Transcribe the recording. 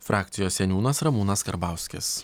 frakcijos seniūnas ramūnas karbauskis